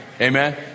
Amen